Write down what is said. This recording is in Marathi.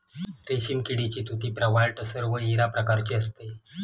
रेशीम किडीची तुती प्रवाळ टसर व इरा प्रकारची असते